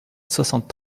soixante